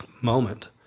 moment